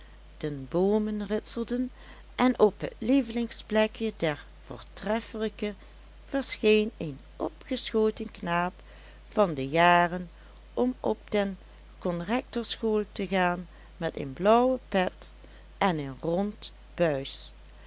de boomen ritselden en op het lievelingsplekje der voortreffelijke verscheen een opgeschoten knaap van de jaren om op de conrectorschool te gaan met een blauwe pet en een rond buis